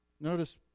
Notice